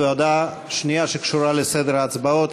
והודעה שנייה שקשורה לסדר ההצבעות,